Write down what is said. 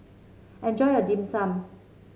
enjoy your Dim Sum